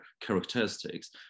characteristics